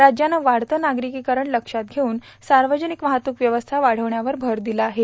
राज्यानं वाढतं नागरिकीकरण लक्षात घेऊन सार्वजनिक वाहतूक व्यवस्था वाढविण्यावर भर दिला आहे